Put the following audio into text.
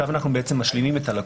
אני חושב שאם נמצא בזה את היתרון,